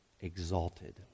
exalted